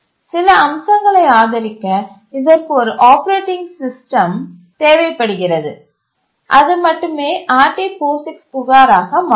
சில அம்சங்களை ஆதரிக்க இதற்கு ஒரு ஆப்பரேட்டிங் சிஸ்டம் தேவைப்படுகிறது அது மட்டுமே RT POSIX புகாராக மாறும்